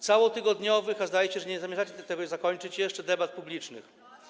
całotygodniowych, a zdaje się, że nie zamierzacie tego zakończyć jeszcze, debat publicznych.